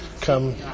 come